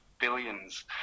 billions